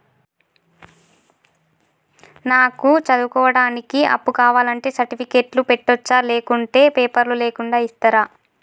నాకు చదువుకోవడానికి అప్పు కావాలంటే సర్టిఫికెట్లు పెట్టొచ్చా లేకుంటే పేపర్లు లేకుండా ఇస్తరా?